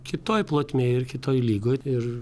kitoj plotmėj ir kitoj lygoj ir